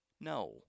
No